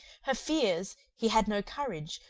her fears, he had no courage,